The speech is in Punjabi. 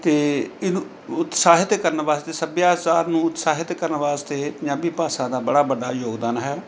ਅਤੇ ਇਹਨੂੰ ਉਤਸਾਹਿਤ ਕਰਨ ਵਾਸਤੇ ਸੱਭਿਆਚਾਰ ਨੂੰ ਉਤਸਾਹਿਤ ਕਰਨ ਵਾਸਤੇ ਪੰਜਾਬੀ ਭਾਸ਼ਾ ਦਾ ਬੜਾ ਵੱਡਾ ਯੋਗਦਾਨ ਹੈ